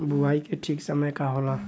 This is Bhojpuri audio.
बुआई के ठीक समय का होला?